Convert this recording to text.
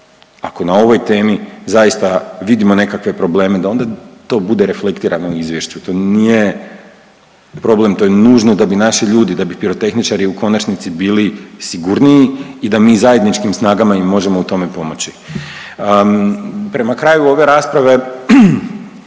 ako na ovoj temi zaista vidimo nekakve probleme da onda to bude reflektirano u izvješću, to nije problem, to je nužno da bi naši ljudi, da bi pirotehničari u konačnici bili sigurniji i da mi zajedničkim snagama im možemo u tome pomoći. Prema kraju ove rasprave